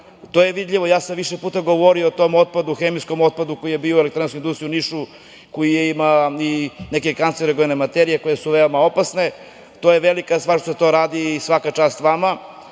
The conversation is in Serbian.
to je vidljivo. Ja sam više puta govorio o tom otpadu, hemijskom otpadu koji je bio u elektronskoj elektrani u Nišu, koji ima i neke kancerogene materije, koje su veoma opasne. To je velika stvar što to radite i svaka vama